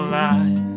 life